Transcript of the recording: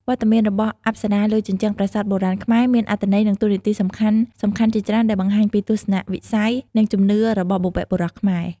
វត្តមានរបស់អប្សរាលើជញ្ជាំងប្រាសាទបុរាណខ្មែរ មានអត្ថន័យ និងតួនាទីសំខាន់ៗជាច្រើន ដែលបង្ហាញពីទស្សនៈវិស័យ និងជំនឿរបស់បុព្វបុរសខ្មែរ។